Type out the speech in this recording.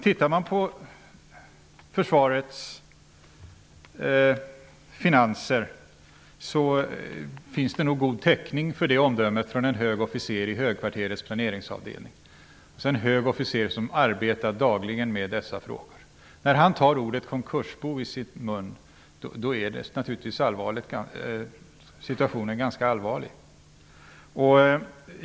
Tittar man på försvarets finanser finns det god täckning för det omdömet från en hög officer i högkvarterets planeringsavdelning. Det är alltså en hög officer som arbetar dagligen med dessa frågor. När han tar ordet konkursbo i sin mun är situationen naturligtvis ganska allvarlig.